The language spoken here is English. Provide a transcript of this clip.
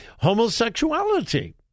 Homosexuality